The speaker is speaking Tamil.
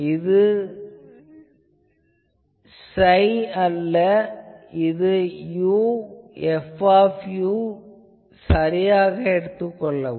இங்கு இது psi அல்ல இது u f சரியாக எடுத்துக் கொள்ளவும்